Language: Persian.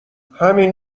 همین